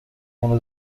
اونو